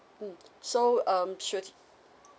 mm so um should